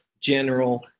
general